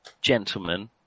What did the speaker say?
gentlemen